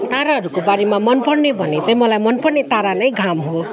ताराहरूको बारेमा मन पर्ने भन्ने चाहिँ मलाई मन पर्ने तारा चाहिँ घाम हो